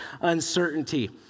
uncertainty